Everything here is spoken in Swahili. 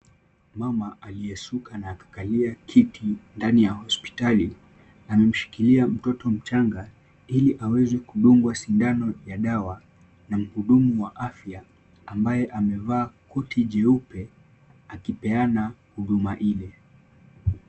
Mama aliyeshuka na akakalia kiti ndani ya hospitali, amemshikilia mtoto mchanga ili aweze kudungwa sindano ya dawa na mhudumu wa afya ambaye amevaa koti jeupe akipeana huduma ile.